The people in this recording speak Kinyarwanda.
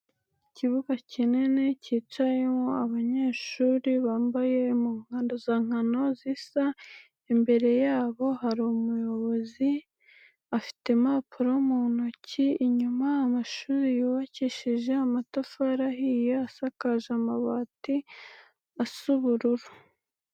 Ikibuga kinini kicayemo abanyeshuri bambaye impuzankano zisa, imbere yabo hari umuyobozi afite impapuro mu ntoki, inyuma amashuri yubakishije amatafari ahiye, asakaje amabati asa ubururu.